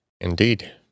Indeed